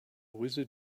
wizard